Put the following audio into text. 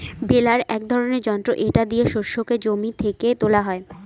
বেলার এক ধরনের যন্ত্র এটা দিয়ে শস্যকে জমি থেকে তোলা হয়